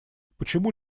почему